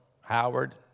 Howard